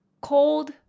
cold